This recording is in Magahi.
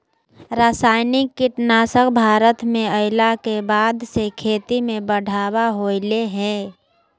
रासायनिक कीटनासक भारत में अइला के बाद से खेती में बढ़ावा होलय हें